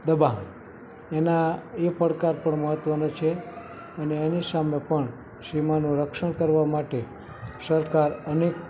દબાણ એના એ પડકાર પણ મહત્ત્વનો છે અને એની સામે પણ સીમાનું રક્ષણ કરવા માટે સરકાર અનેક